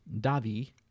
Davi